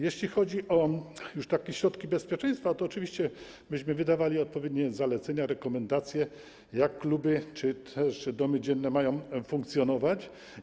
Jeśli chodzi o środki bezpieczeństwa, to oczywiście myśmy wydawali odpowiednie zalecenia, rekomendacje, jak kluby czy też domy dzienne mają funkcjonować.